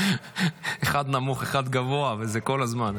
אחד נמוך, אחד גבוה, וזה כל הזמן.